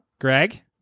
Greg